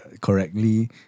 correctly